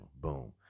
boom